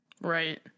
Right